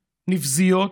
נבזיות,